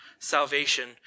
Salvation